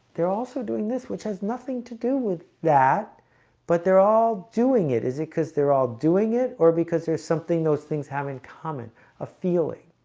they're also doing this which has nothing to do with that but they're all doing it is because they're all doing it or because there's something those things have in common a feeling